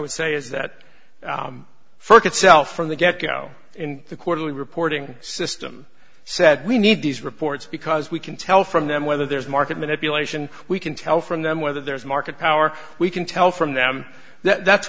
would say is that for itself from the get go in the quarterly reporting system said we need these reports because we can tell from them whether there's market manipulation we can tell from them whether there's market power we can tell from them that